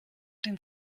den